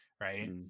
right